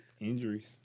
Injuries